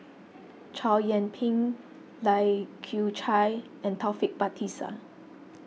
Chow Yian Ping Lai Kew Chai and Taufik Batisah